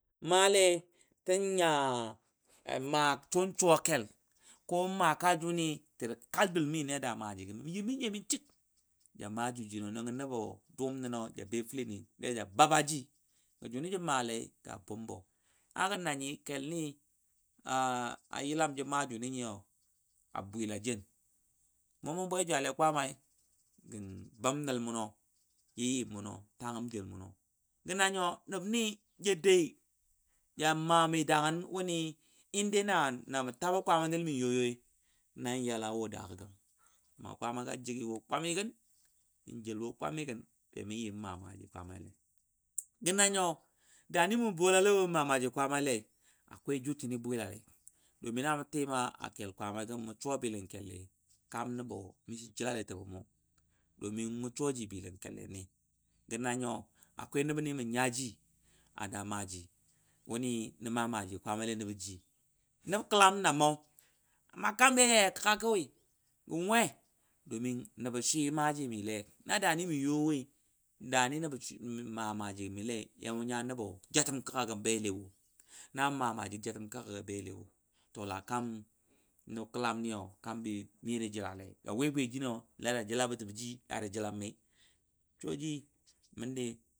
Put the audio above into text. Maale tan nya maa sen suwa kelko ma ka juni səji kal dʊn mi nən a daa maji mə yimmi nə nyiye mi chik ja ma jə jinɔ nəngo nəbo dʊʊmo ba ja babaji gɔ jʊni ja malai a bumbo agə na nyi kel ni jə ma jʊni a bwila jen nəngo mɔ mʊ bwe jwalle mmɔkwaamai bəm nəlmʊnɔ tagəm joul. mʊnɔ gə nanyɔ nəbni ja dai anja mani danəngən ana mi tibɔ nai nan yala wo a dago amma kwaama tikai n jel wo kwami gən bame mamaji kwaamai le gə nyo dani mə bola le wo mə ma maaji kwaamai le akwaitəni. bwilalei namʊ. tim a kel kwaamai mu suwa bɨlaənkel lai kaam nəbɔ mishi ji jəlale jəbo mo domin mʊ suwa ji bɨlənkel le gə na nyo akwai nəbni yamə nya ji a maaji nəbni nə ma maaji kwaama lai nabkɛlam na məa amma kami a yai a kəka kawai don we nəbo swi maji mi le la danimə you woi dani mə ma maaji gal yam ʊ tata jatəm kəka kaw0i lan ma maaji jatəm kəka go bele kaam fatəm maaji ja nyuwa bo ləma